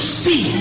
see